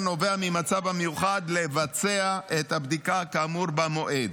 נובע מהמצב המיוחד לבצע את הבדיקה כאמור במועד,